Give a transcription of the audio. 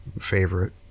favorite